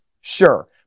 sure